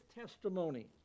testimony